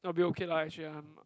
I'll be okay lah actually I'm